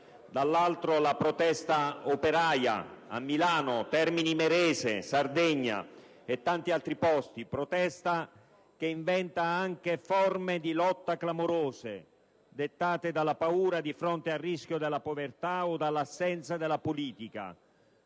dall'altro, la protesta operaia a Milano, a Termini Imerese, in Sardegna e in tanti altri luoghi, protesta che inventa anche forme di lotta clamorose, dettate dalla paura di fronte al rischio della povertà o all'assenza della politica.